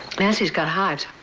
nancy's got hives.